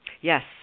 Yes